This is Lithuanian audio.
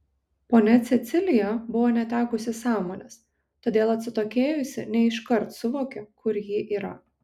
ponia cecilija buvo netekusi sąmonės todėl atsitokėjusi ne iškart suvokė kur ji yra